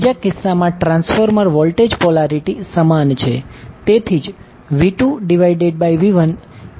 બીજા કિસ્સામાં transformer voltage polarity સમાન છે તેથી જ V2V1N2N1